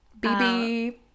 BB